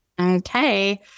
Okay